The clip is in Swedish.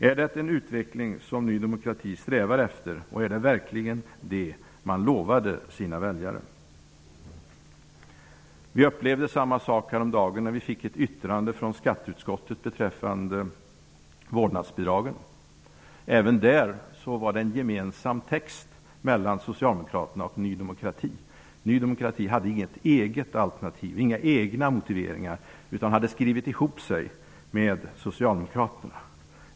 Är det en utveckling som Ny Demokrati strävar efter, och är det verkligen det man lovade sina väljare? Vi upplevde samma sak häromdagen, då vi fick ett yttrande från skatteutskottet beträffande vårdnadsbidraget. Även då fanns det en gemensam text från Socialdemokraterna och Ny demokrati. Ny demokrati hade inget eget alternativ, inga egna motiveringar, utan hade skrivit ihop sig med Socialdemokraterna.